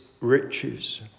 riches